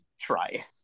try